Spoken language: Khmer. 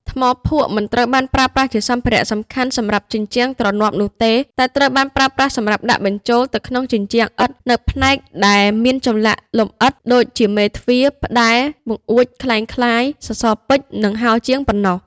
ថ្មភក់មិនត្រូវបានប្រើប្រាស់ជាសម្ភារៈសំខាន់សម្រាប់ជញ្ជាំងទ្រនាប់នោះទេ តែត្រូវបានប្រើប្រាស់សម្រាប់ដាក់បញ្ចូលទៅក្នុងជញ្ជាំងឥដ្ឋនូវផ្នែកដែលមានចម្លាក់លម្អិតដូចជា មេទ្វារ ផ្តែរ បង្អួចក្លែងក្លាយ សសរពេជ្រ និងហោជាងបុណ្ណោះ។